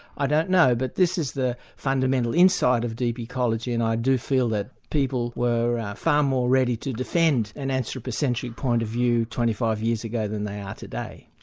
ah don't know. but this is the fundamental insight of deep ecology and i do feel that people were far more ready to defend an anthropocentric point of view twenty five years ago than they are ah today.